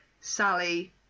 sally